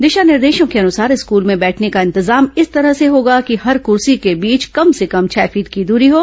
दिशा निर्देशों के अनुसार स्कूलों में बैठने का इंतजाम इस तरह से होगा कि हर कुर्सी के बीच कम से कम छह फीट की दूरी हो